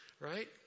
right